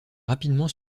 rapidement